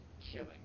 killing